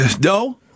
No